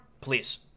Please